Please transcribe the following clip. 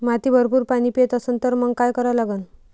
माती भरपूर पाणी पेत असन तर मंग काय करा लागन?